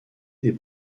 des